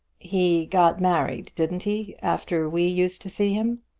he got married, didn't he, after we used to see him?